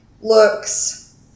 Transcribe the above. looks